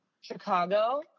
Chicago